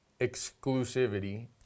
exclusivity